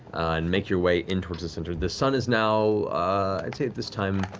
and make your way in towards the center. the sun is now i'd say at this time,